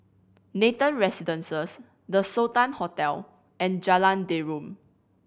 Nathan Residences The Sultan Hotel and Jalan Derum